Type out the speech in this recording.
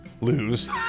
Lose